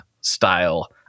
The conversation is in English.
style